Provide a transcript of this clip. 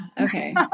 Okay